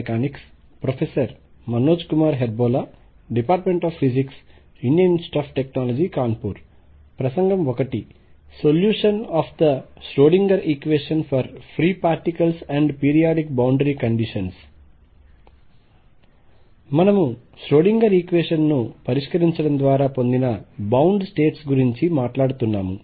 మనము Schrodinger equation ను పరిష్కరించడం ద్వారా పొందిన బౌండ్ స్టేట్స్ గురించి మాట్లాడుతున్నాము